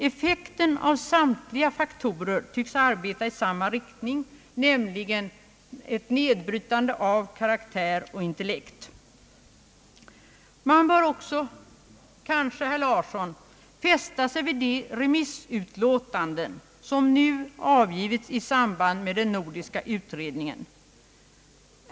Effekten av samtliga faktorer tycks arbeta i samma riktning, nämligen ett nedbrytande av karaktär och intellekt. Man bör kanske också, herr Larsson, fästa sig vid de remissyttranden som nu avgivits i samband med den nordiska utredningen.